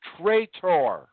Traitor